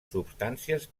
substàncies